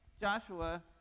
Joshua